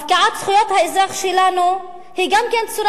הפקעת זכויות האזרח שלנו היא גם כן צורה